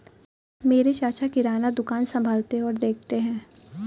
मेरे चाचा किराना दुकान संभालते और देखते हैं